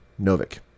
Novik